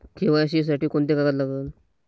KYC साठी कोंते कागद लागन?